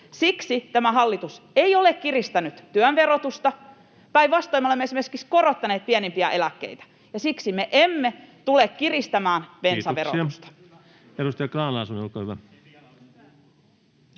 Siksi tämä hallitus ei ole kiristänyt työn verotusta. Päinvastoin me olemme esimerkiksi korottaneet pienimpiä eläkkeitä. Ja siksi me emme tule kiristämään bensaverotusta.